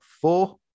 four